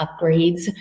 upgrades